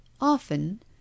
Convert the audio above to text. Often